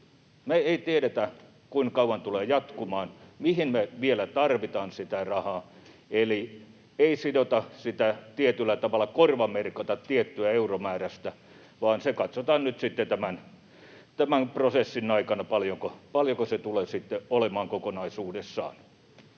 me ei tiedetä, kuinka kauan tämä tulee jatkumaan, mihin me vielä tarvitaan sitä rahaa, eli ei sidota sitä tietyllä tavalla, korvamerkata tiettyä euromäärää, vaan katsotaan nyt sitten tämän prosessin aikana, paljonko se tulee olemaan kokonaisuudessaan.